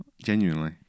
Genuinely